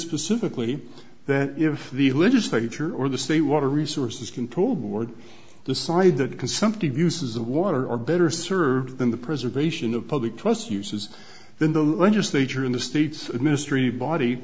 specifically that if the legislature or the state water resources control board decide that consumptive uses of water are better served than the preservation of public trust uses then the legislature in the state of ministry